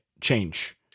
change